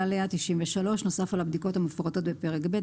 עליה נוסף על הבדיקות המפורטות בפרק ב',